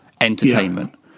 entertainment